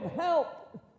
help